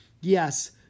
Yes